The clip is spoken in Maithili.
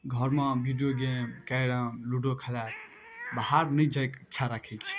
घरमे वीडियो गेम कैरम लूडो खेलायत बाहर नहि जाइके इच्छा राखै छै